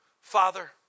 Father